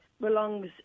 belongs